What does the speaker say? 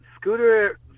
Scooter